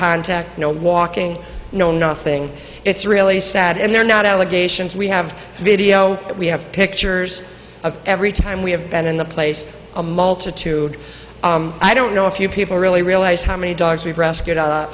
contact no walking no nothing it's really sad and they're not allegations we have video we have pictures of every time we have been in the place a multitude i don't know if you people really realize how many dogs we've rescued